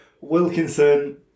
Wilkinson